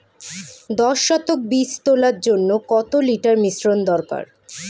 দশ শতক বীজ তলার জন্য কত লিটার মিশ্রন দরকার?